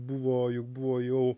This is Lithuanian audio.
buvo juk buvo jau